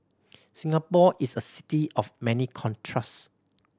Singapore is a city of many contrast